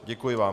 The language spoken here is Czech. Děkuji vám.